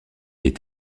est